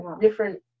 different